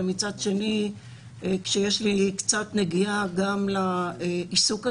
ומצד שני יש לי קצת נגיעה לעיסוק הזה.